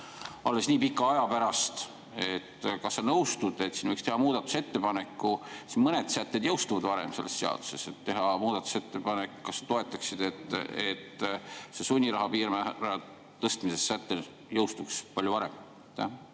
alles nii pika aja pärast. Kas sa nõustud, et siin võiks teha muudatusettepaneku? Mõned sätted jõustuvad varem selles seaduses. Kui teha muudatusettepanek, kas sa toetaksid, et see sunniraha piirmäära tõstmise säte jõustuks palju varem?